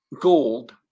gold